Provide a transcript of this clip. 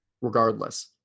Regardless